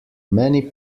many